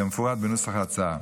כמפורט בנוסח ההצעה.